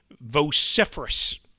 vociferous